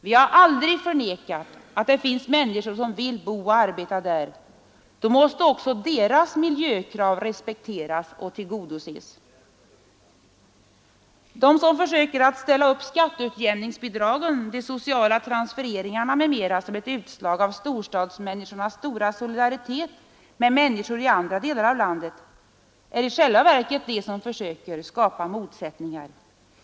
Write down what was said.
Vi har aldrig förnekat att det finns människor som vill bo och arbeta där. Då måste också deras miljökrav respekteras och tillgodoses. De som försöker ställa upp skatteutjämningsbidragen, de sociala transfereringarna m.m. som ett utslag av storstadsmänniskornas stora solidaritet med människorna i andra delar av landet är i själva verket de som försöker skapa motsättningar.